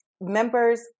members